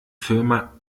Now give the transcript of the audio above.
firma